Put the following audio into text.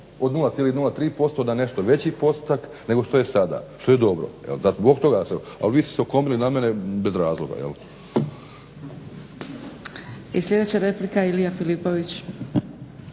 od 0,03% na nešto veći postotak nego što je sada. Što je dobro. Zbog toga sam, ali vi ste se okomili na mene bez razloga jel'. **Zgrebec, Dragica